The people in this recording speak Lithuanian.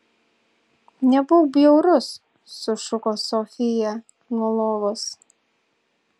nebūk bjaurus sušuko sofija nuo lovos